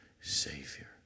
Savior